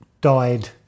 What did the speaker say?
died